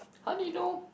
how do you know